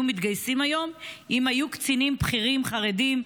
מתגייסים היום אם היו קצינים בכירים חרדים,